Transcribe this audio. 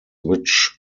which